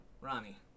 Ronnie